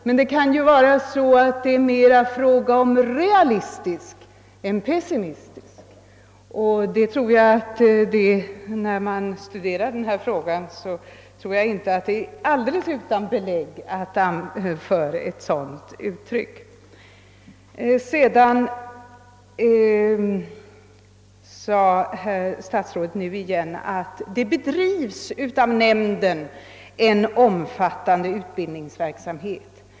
Men det kan också vara så att det mera är fråga om realism än pessimism. När man studerar den här frågan tror jag inte det är alldeles utan belägg man kan använda det uttrycket. Herr statsrådet sade nu igen att nämnden bedriver en omfattande utbildningsverksamhet.